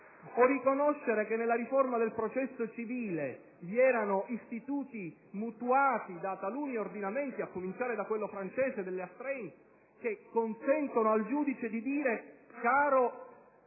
O riconoscere che nella riforma del processo civile vi erano istituti mutuati da taluni ordinamenti, a cominciare da quello francese dell'*astreinte*, che consentono al giudice di dire: «Caro